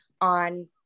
on